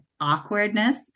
awkwardness